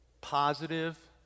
positive